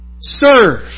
serve